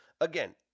again